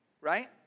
right